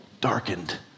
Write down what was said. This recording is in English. darkened